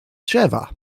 drzewa